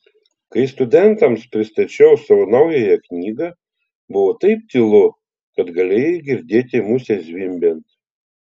kai studentams pristačiau savo naująją knygą buvo taip tylu kad galėjai girdėti musę zvimbiant